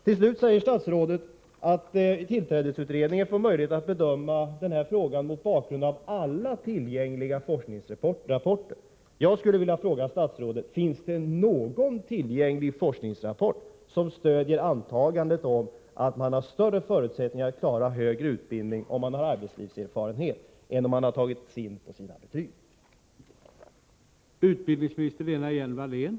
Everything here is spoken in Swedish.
Till sist sade statsrådet att tillträdesutredningen får möjlighet att bedöma den här frågan mot bakgrund av alla tillgängliga forskningsrapporter. Jag skulle vilja fråga statsrådet: Finns det någon tillgänglig forskningsrapport som stöder antagandet att man har större förutsättningar att klara högre utbildning, om man har arbetslivserfarenhet än om man har tagits in på grundval av sina betyg?